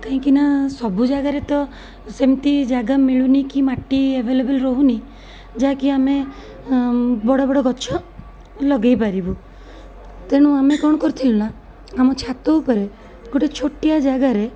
କାହିଁକି ନା ସବୁ ଜାଗାରେ ତ ସେମିତି ଜାଗା ମିଳୁନି କି ମାଟି ଏଭେଲେବଲ୍ ରହୁନି ଯାହାକି ଆମେ ବଡ଼ ବଡ଼ ଗଛ ଲଗାଇପାରିବୁ ତେଣୁ ଆମେ କ'ଣ କରିଥିଲୁ ନା ଆମ ଛାତ ଉପରେ ଗୋଟେ ଛୋଟିଆ ଜାଗାରେ